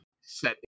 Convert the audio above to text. Set